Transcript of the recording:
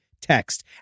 text